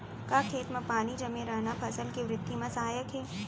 का खेत म पानी जमे रहना फसल के वृद्धि म सहायक हे?